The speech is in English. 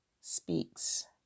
speaks